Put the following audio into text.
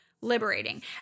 liberating